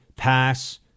Pass